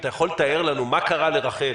אתה יכול לתאר לנו מה קרה לרח"ל